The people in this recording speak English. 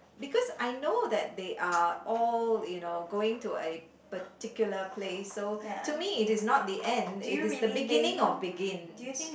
because I know that they are all you know going to a particular place so to me it is not the end it is the beginning of begins